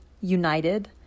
united